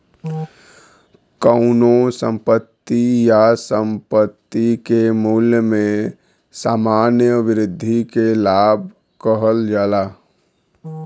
कउनो संपत्ति या संपत्ति के मूल्य में सामान्य वृद्धि के लाभ कहल जाला